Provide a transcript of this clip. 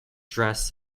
dress